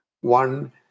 one